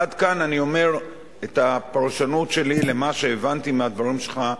עד כאן אני אומר את הפרשנות שלי למה שהבנתי מהדברים שלך,